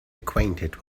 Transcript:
acquainted